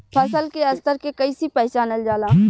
फसल के स्तर के कइसी पहचानल जाला